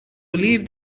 believe